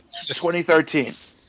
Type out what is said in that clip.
2013